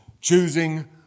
choosing